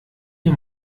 ihr